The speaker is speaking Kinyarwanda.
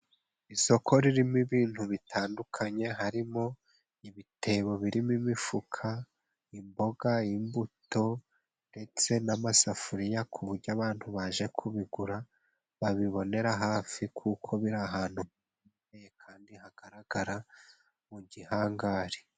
Isoko ririmo ibintu bitandukanye harimo ibitebo birimo imifuka, imboga, imbuto ndetse n'amasafuriya, ku buryo abantu baje kubigura babibonera hafi, kuko biri ahantu komeye kandi hagaragara mu gihangari.